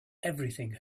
everything